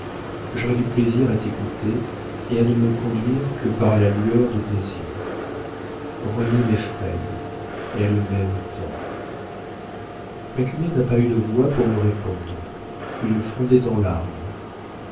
j'aurai du plaisir à t'écouter et à ne me conduire que par la lueur de tes yeux renée m'effraie elle m'aime tant macumer n'a pas eu de voix pour me répondre il fondait en larmes